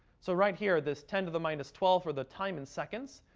so, right here, this ten to the minus twelve for the time in seconds,